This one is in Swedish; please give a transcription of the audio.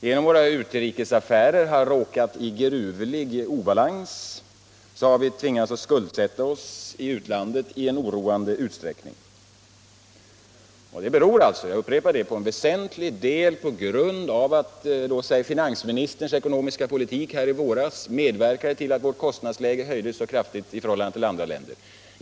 Genom att våra utrikesaffärer har råkat så gruvligt i obalans har vi tvingats skuldsätta oss i utlandet i oroande utsträckning. Detta beror alltså — jag upprepar det — till en väsentlig del på att finansministerns ekonomiska politik i våras medverkade till att vårt kostnadsläge höjdes så kraftigt i förhållande till andra länders.